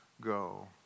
Go